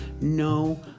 no